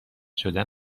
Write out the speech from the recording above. شدن